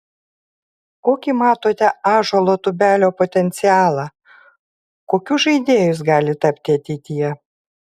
kokį matote ąžuolo tubelio potencialą kokiu žaidėju jis gali tapti ateityje